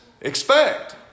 expect